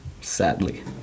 sadly